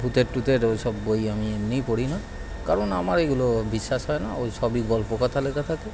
ভূতের টুতের ওই সব বই আমি এমনিই পড়ি না কারণ আমার এগুলো বিশ্বাস হয় না ওই সবই গল্প কথা লেখা থাকে